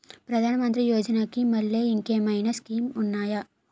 ప్రధాన మంత్రి యోజన కి మల్లె ఇంకేమైనా స్కీమ్స్ ఉన్నాయా?